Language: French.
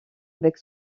avec